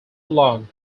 long